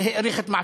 האריך את מעצרו.